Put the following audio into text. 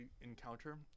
encounter